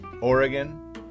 Oregon